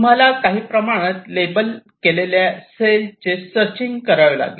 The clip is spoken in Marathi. तुम्हाला काही प्रमाणात लेबल केलेल्या सेल चे सर्चींग करावे लागेल